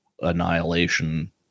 annihilation